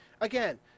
Again